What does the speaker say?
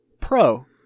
pro